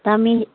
दा